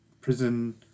prison